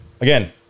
Again